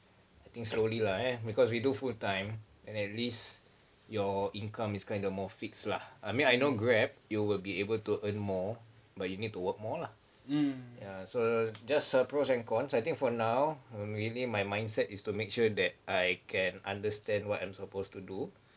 I think slowly lah eh because we do full time and at least your income is kind of more fixed lah I mean I know Grab you will be able to earn more but you need to work more lah ya so just err pros and cons I think for now really my mindset is to make sure that I can understand what I'm supposed to do